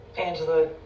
Angela